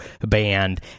band